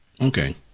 okay